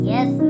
Yes